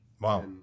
Wow